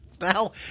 Now